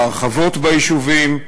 בהרחבות ביישובים,